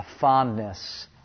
fondness